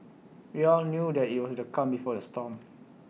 we all knew that IT was the calm before the storm